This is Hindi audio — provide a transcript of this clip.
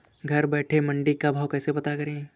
घर बैठे मंडी का भाव कैसे पता करें?